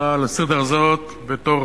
ההצעה הזאת לסדר-היום בתור